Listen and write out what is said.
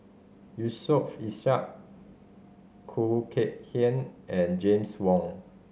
Yusof Ishak Khoo Kay Hian and James Wong